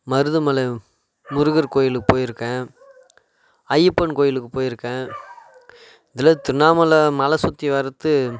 மருதமலை முருகன் கோவிலுக்கு போய்ருக்கேன் ஐயப்பன் கோவிலுக்கு போய்ருக்கேன் இதில் திருண்ணாமலை மலை சுற்றி வர்றத்து